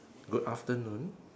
good afternoon